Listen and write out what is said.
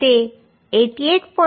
06 છે તેથી આ 52